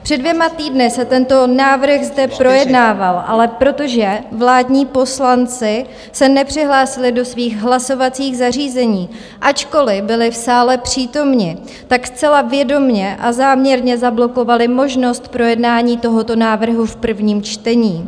Před dvěma týdny se tento návrh zde projednával, ale protože vládní poslanci se nepřihlásili do svých hlasovacích zařízení, ačkoliv byli v sále přítomni, tak zcela vědomě a záměrně zablokovali možnost projednání tohoto návrhu v prvním čtení.